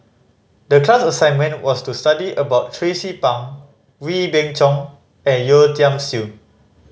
the class assignment was to study about Tracie Pang Wee Beng Chong and Yeo Tiam Siew